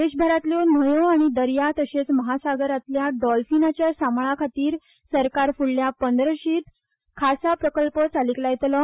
देशभरातल्यो न्हंयो आनी दर्या तशेंच महासागरांत डॉल्फिनाच्या सांबाळाखातीर सरकार फुडल्या पंदरशीत खासा प्रकल्प चालीक लायतलो